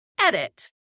edit